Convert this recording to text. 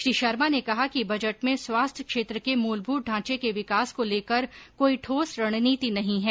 श्री शर्मा ने कहा कि बजट में स्वास्थ्य क्षेत्र के मूलभूत ढांचे के विकास को लेकर कोई ठोस रणनीति नहीं है